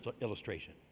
illustration